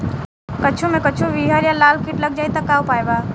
कद्दू मे कद्दू विहल या लाल कीट लग जाइ त का उपाय बा?